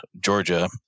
Georgia